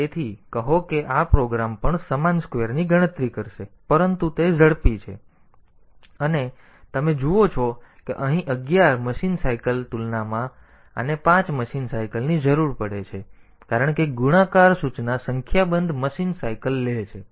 તેથી કહો કે આ પ્રોગ્રામ પણ સમાન સ્ક્વેરની ગણતરી કરશે પરંતુ તે ઝડપી છે આ પ્રોગ્રામ ઝડપી છે અને તમે જુઓ છો કે અહીં અગિયાર મશીન ચક્રની તુલનામાં આને પાંચ મશીન ચક્રની જરૂર છે કારણ કે ગુણાકાર સૂચના સંખ્યાબંધ મશીન ચક્ર લે છે